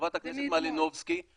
יודע